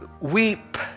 weep